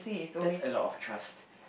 that's a lot of trust